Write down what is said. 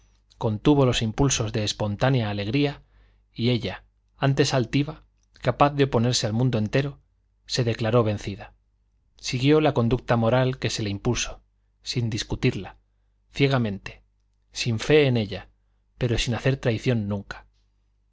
contuvo los impulsos de espontánea alegría y ella antes altiva capaz de oponerse al mundo entero se declaró vencida siguió la conducta moral que se le impuso sin discutirla ciegamente sin fe en ella pero sin hacer traición nunca